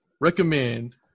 Recommend